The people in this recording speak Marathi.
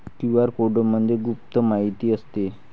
क्यू.आर कोडमध्ये गुप्त माहिती असते